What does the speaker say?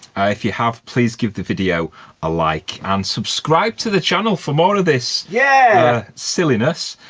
if you have, please give the video a like and subscribe to the channel for more of this yeah silliness.